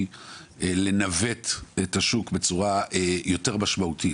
לנווט את השוק בצורה יותר משמעותית.